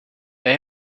they